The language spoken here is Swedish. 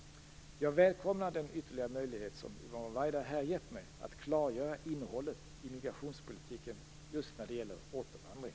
Jag välkomnar den ytterligare möjlighet som Yvonne Ruwaida här gett mig att klargöra innehållet i migrationspolitiken just när det gäller återvandring.